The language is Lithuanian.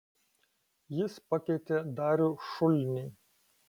jis pakeitė darių šulnį